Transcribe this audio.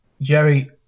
Jerry